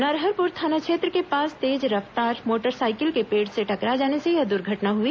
नरहरपुर थाना क्षेत्र के पास तेज रफ्तार मोटरसाइकिल के पेड़ से टकरा जाने से यह द्वर्घटना हई